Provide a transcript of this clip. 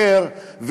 לחוף אחר,